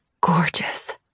gorgeous